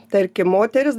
tarkim moterys